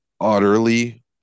utterly